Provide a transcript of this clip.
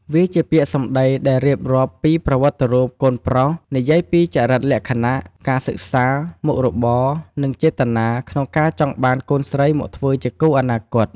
វាជាពាក្យសម្ដីដែលរៀបរាប់ពី ប្រវត្តិរូបកូនប្រុស និយាយពី ចរិតលក្ខណៈ ការសិក្សា មុខរបរ និង ចេតនា ក្នុងការចង់បានកូនស្រីមកធ្វើជាគូអនាគត។